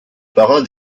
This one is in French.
parrain